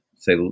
Say